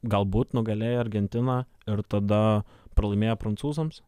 galbūt nugalėjo argentiną ir tada pralaimėjo prancūzams